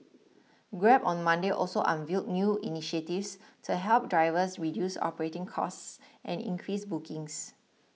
grab on Monday also unveiled new initiatives to help drivers reduce operating costs and increase bookings